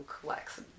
collects